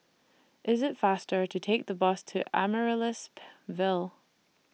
IT IS faster to Take The Bus to Amaryllis Ville